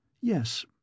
yes